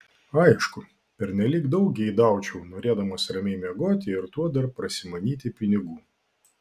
aišku pernelyg daug geidaučiau norėdamas ramiai miegoti ir tuo dar prasimanyti pinigų